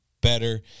better